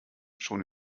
schon